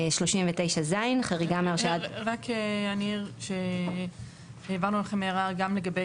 אני רק אעיר שהעברנו לכם הערה גם לגבי